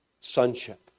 sonship